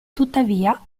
tuttavia